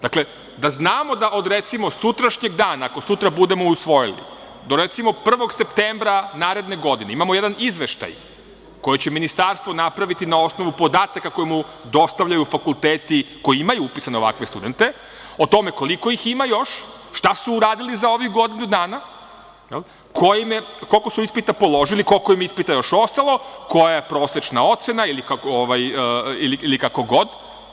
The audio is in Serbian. Dakle, da znamo da od, recimo, sutrašnjeg dana, ako sutra budemo usvojili, do recimo 1. septembra naredne godine imamo jedan izveštaj koje će Ministarstvo napraviti na osnovu podataka koje mu dostavljaju fakulteti koji imaju upisane ovakve studente, o tome koliko ih ima još, šta su uradili za ovih godinu dana, koliko su ispita položili, koliko im je ispita još ostalo, koja je prosečna ocena ili kako god.